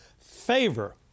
favor